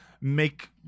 make